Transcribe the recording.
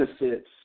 benefits